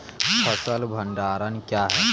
फसल भंडारण क्या हैं?